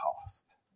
cost